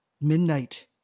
Midnight